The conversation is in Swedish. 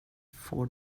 får